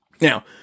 Now